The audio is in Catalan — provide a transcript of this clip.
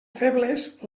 febles